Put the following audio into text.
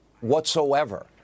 whatsoever